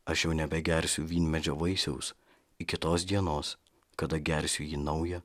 aš jau nebegersiu vynmedžio vaisiaus iki tos dienos kada gersiu jį naują